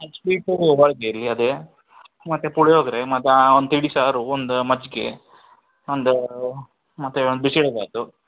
ಹಾಂ ಸ್ವೀಟು ಹೋಳ್ಗೆ ಇರಲಿ ಅದೇ ಮತ್ತೆ ಪುಳಿಯೋಗರೆ ಮತ್ತೆ ಒಂದು ತಿಳಿ ಸಾರು ಒಂದು ಮಜ್ಜಿಗೆ ಒಂದು ಮತ್ತೆ ಒಂದು ಬಿಸಿಬೇಳೆಬಾತು